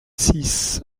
six